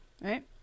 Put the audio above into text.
right